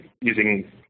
using